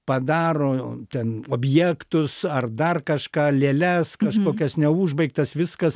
padaro ten objektus ar dar kažką lėles kažkokias neužbaigtas viskas